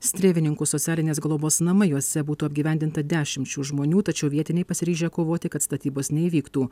strėvininkų socialinės globos namai juose būtų apgyvendinta dešimt šių žmonių tačiau vietiniai pasiryžę kovoti kad statybos neįvyktų